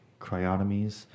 cryotomies